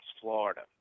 Florida